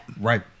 Right